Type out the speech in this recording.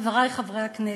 חברי חברי הכנסת,